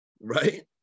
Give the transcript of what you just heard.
right